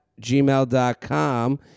gmail.com